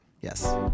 Yes